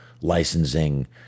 licensing